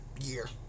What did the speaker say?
year